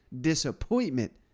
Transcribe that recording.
disappointment